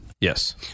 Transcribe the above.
Yes